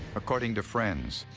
according to friends,